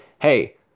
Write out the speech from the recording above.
hey